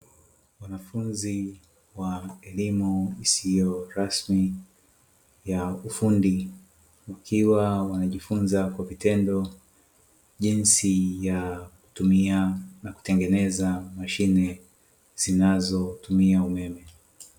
Wanafunzi wa elimu isiyo rasmi ya ufundi ikiwa wanajifunza kwa vitendo jinsi ya kutumia na kutengeneza mashine zinazotumia umeme.